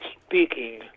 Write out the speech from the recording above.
speaking